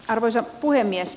arvoisa puhemies